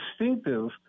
distinctive